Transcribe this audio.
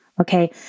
Okay